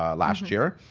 ah last year.